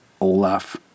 Olaf